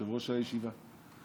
יושב-ראש הישיבה.